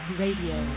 radio